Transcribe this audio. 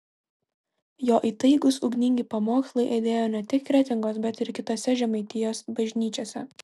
jo įtaigūs ugningi pamokslai aidėjo ne tik kretingos bet ir kitose žemaitijos bažnyčiose